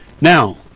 Now